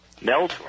Mel